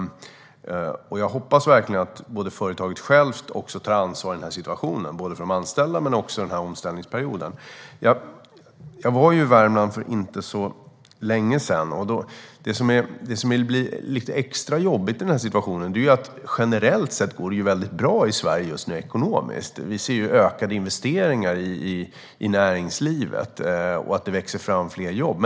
Jag hoppas verkligen att företaget självt tar ansvar i situationen både för de anställda och för omställningsperioden. Jag var i Värmland för inte så länge sedan. Det som blir lite extra jobbigt i den här situationen är att det generellt sett går väldigt bra ekonomiskt i Sverige just nu. Vi ser ökade investeringar i näringslivet och att det växer fram fler jobb.